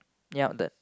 yup that's